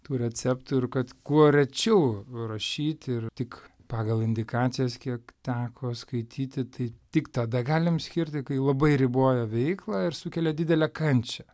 tų receptų ir kad kuo rečiau rašyt ir tik pagal indikacijas kiek teko skaityti tai tik tada galim skirti kai labai riboja veiklą ir sukelia didelę kančią